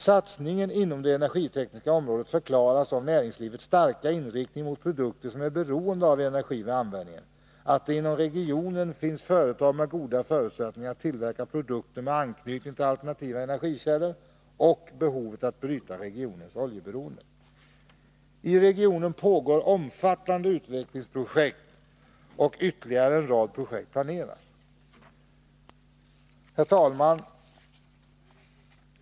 Satsningen inom det energitekniska området förklaras av näringslivets starka inriktning mot produkter som är beroende av energi vid användningen och av att det inom regionen finns företag med goda förutsättningar att tillverka produkter med anknytning till alternativa energikällor samt av behovet att bryta regionens oljeberoende. I regionen är omfattande utvecklingsprojekt på gång, och ytterligare en rad projekt planeras. Herr talman!